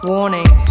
Warning